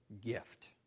gift